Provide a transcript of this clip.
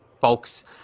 folks